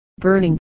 burning